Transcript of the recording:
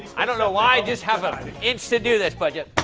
i don't know why i just have an itch to do this, but yeah